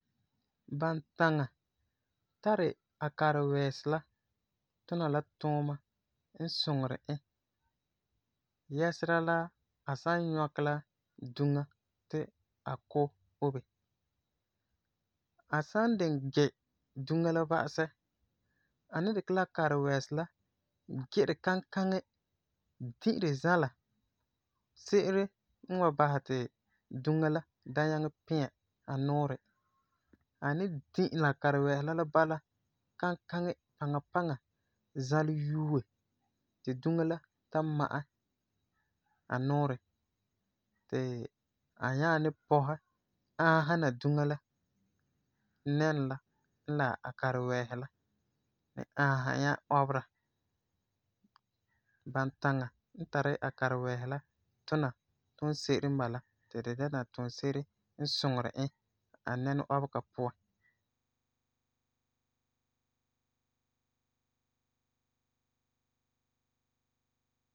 Bantaŋa tari a karewɛɛsi la tuna la tuuma n suŋeri e yɛsera la a san nyɔkɛ la duŋa ti a ku obe. A san diŋɛ gi duŋa la ba'asɛ, a ni dikɛ la karewɛɛsi la gi di kankaŋi, gi di zãla, se'ere n wan basɛ ti duŋa la da nyaŋɛ piɛ a nuuren. A ni gi e la a karewɛɛsi la bala, kankaŋi, paŋa paŋa, zãlɛ yue, ti duŋa la ta ma'ɛ a nuuren ti a nyaa ni pɔsɛ ãasena duŋa la nɛnɔ la n la a karewɛɛsi la, ãasum e nyaa ɔbera. Bantaŋa n tari a karewɛɛsi la tuna tunse'ere n bala ti di dɛna tunse'ere n suŋeri e a nɛnɔ ɔbega puan.